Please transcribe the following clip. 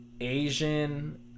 asian